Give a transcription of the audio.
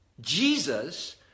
Jesus